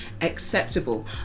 acceptable